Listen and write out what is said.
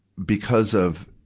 because of,